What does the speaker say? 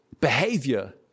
behavior